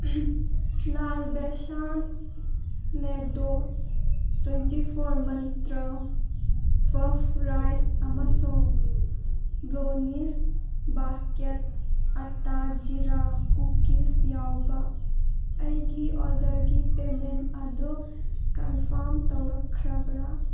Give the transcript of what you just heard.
ꯂꯥꯜ besan laddoo twenty four ꯃꯟꯇ꯭ꯔ ꯄꯐ rice ꯑꯃꯁꯨꯡ ꯕ꯭ꯂꯣꯅꯤꯁ ꯕꯥꯁꯀꯦꯠ ꯑꯇꯥ ꯖꯤꯔꯥ ꯀꯨꯀꯤꯁ ꯌꯥꯎꯕ ꯑꯩꯒꯤ ꯑꯣꯔꯗꯔꯒꯤ ꯄꯦꯃꯦꯟ ꯑꯗꯨ ꯀꯟꯐꯥꯝ ꯇꯧꯔꯛꯈ꯭ꯔꯕ꯭ꯔꯥ